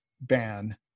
ban